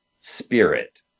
spirit